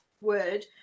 word